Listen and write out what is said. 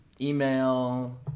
email